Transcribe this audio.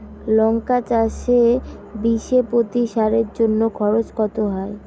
লঙ্কা চাষে বিষে প্রতি সারের জন্য খরচ কত হয়?